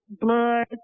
blood